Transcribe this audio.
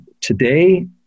today